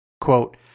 Quote